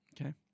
Okay